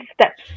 steps